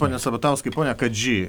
pone sabatauskai pone kadžy